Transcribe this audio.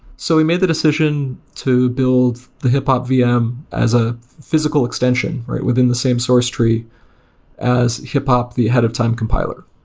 so we made the decision to build the hiphop vm as a physical extension within the same source tree as hiphop the ahead of time compiler.